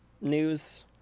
news